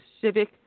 Civic